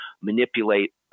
manipulate